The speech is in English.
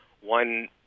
one